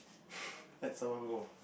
let someone go